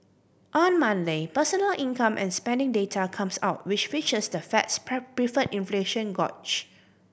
on Monday personal income and spending data comes out which features the Fed's preferred inflation gauge